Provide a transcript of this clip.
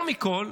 יותר מכול,